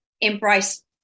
embrace